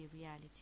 reality